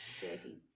dirty